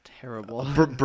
terrible